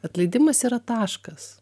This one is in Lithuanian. atleidimas yra taškas